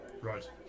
Right